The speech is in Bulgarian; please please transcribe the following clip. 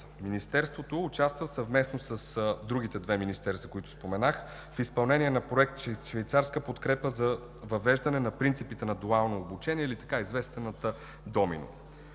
Министерството участва съвместно с другите две министерства, които споменах, в изпълнение на Проект „Швейцарска подкрепа за въвеждане на принципите на дуално обучение“ или така известната ДОМИНО.